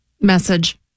Message